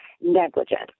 negligent